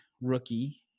rookie